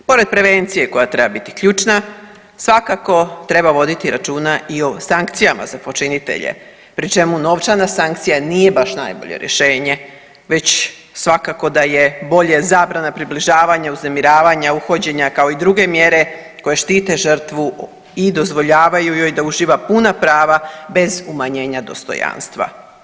Pored prevencije koja treba biti ključna svakako treba voditi računa i o sankcijama za počinitelje pri čemu novčana sankcija nije baš najbolje rješenje već svakako da je bolje zabrana približavanja, uznemiravanja, uhođenja, kao i druge mjere koje štite žrtvu i dozvoljavaju joj da uživa puna prava bez umanjenja dostojanstva.